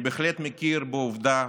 אני בהחלט מכיר בעובדה